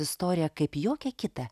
istoriją kaip jokią kitą